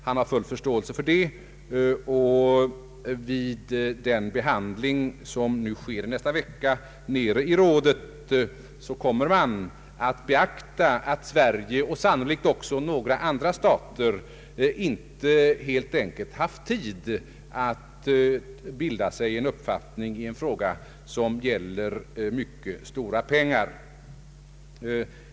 Han hade full förståelse för det, och i den behandling som sker i rådet nästa vecka kommer man att beakta att Sverige och sannolikt även några andra stater helt enkelt inte haft tid att bilda sig en uppfattning i en fråga som gäller så stora pengar.